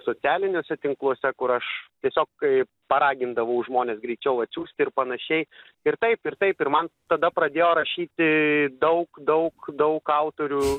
socialiniuose tinkluose kur aš tiesiog kai paragindavau žmones greičiau atsiųsti ir panašiai ir taip ir taip ir man tada pradėjo rašyti daug daug daug autorių